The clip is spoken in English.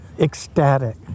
ecstatic